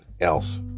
else